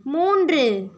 மூன்று